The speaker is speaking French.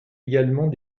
également